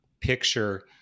picture